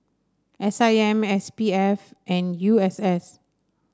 S I M S P F and U S S